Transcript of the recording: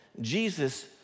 Jesus